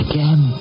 Again